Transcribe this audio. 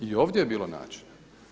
I ovdje je bilo načina.